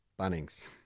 Bunnings